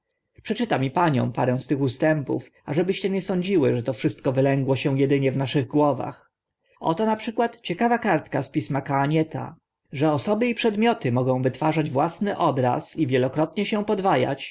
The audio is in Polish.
przeczytam i paniom parę z tych ustępów ażebyście nie sądziły że to wszystko wylęgło się edynie w naszych głowach oto na przykład ciekawa kartka z pism cahagneta że osoby i przedmioty mogą wytwarzać własny obraz i wielokrotnie się podwa